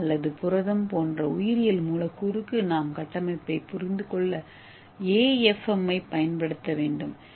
ஏ அல்லது புரதம் போன்ற உயிரியல் மூலக்கூறுக்கு நாம் கட்டமைப்பைப் புரிந்துகொள்ள AFM ஐப் பயன்படுத்த வேண்டும்